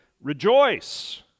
rejoice